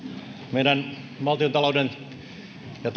meidän valtiontalouden ja